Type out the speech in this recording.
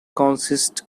consists